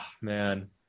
man